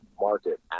market